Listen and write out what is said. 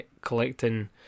collecting